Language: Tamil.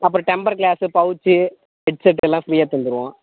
அப்புறம் டெம்பர் க்ளாஸு பவுச்சு ஹெட்செட் எல்லாம் ஃப்ரீயாக தந்துருவோம்